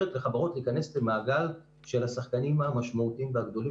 לחברות להיכנס למעגל של השחקנים המשמעותיים והגדולים